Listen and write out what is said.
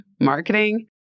marketing